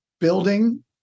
building